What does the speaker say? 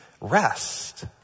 rest